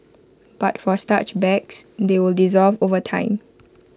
but for starch bags they will dissolve over time